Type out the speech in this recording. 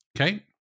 Okay